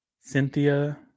Cynthia